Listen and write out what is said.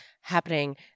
happening